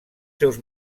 seus